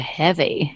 heavy